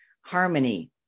harmony